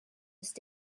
ist